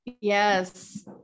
yes